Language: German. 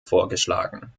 vorgeschlagen